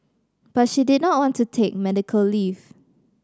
but she did not want to take medical leave